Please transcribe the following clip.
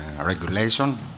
regulation